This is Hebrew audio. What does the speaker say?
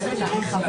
זה להפריע להצבעה.